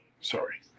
Sorry